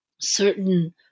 certain